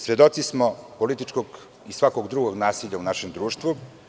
Svedoci smo političkog i svakog drugog nasilja u našem društvu.